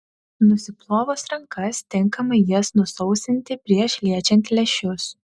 nusiplovus rankas tinkamai jas nusausinti prieš liečiant lęšius